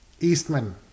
eastman